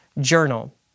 journal